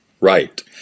Right